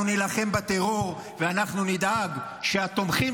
אנחנו נילחם בטרור ואנחנו נדאג שהתומכים